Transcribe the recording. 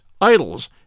idols